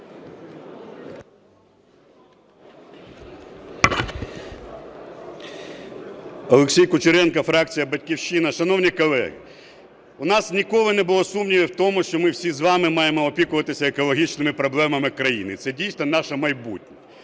Олексій Кучеренко, фракція "Батьківщина". Шановні колеги, у нас ніколи не було сумнівів у тому, що ми всі з вами маємо опікуватися екологічними проблемами країни і це дійсно наше майбутнє.